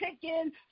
chicken